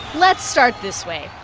let's start this way.